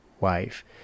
wife